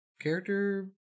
character